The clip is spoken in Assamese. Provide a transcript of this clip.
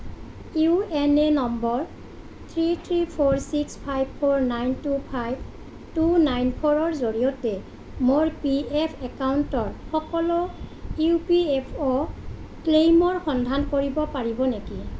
U N A number three three four six five four nine two five two nine ফ'ৰৰ জৰিয়তে মোৰ পি এফ একাউণ্টৰ সকলো ই পি এফ অ' ক্লেইমৰ সন্ধান কৰিব পাৰিব নেকি